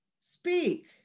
speak